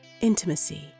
intimacy